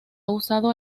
usado